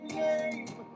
name